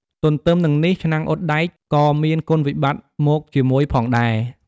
ទទ្ទឹមនឹងនេះ ឆ្នាំងអ៊ុតដែក ក៏មានគុណវិបត្តិមកជាមួយផងដែរ។